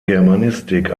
germanistik